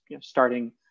starting